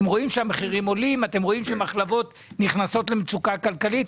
אתם רואים שהמחירים עולים ומחלבות נכנסות למצוקה כלכלית?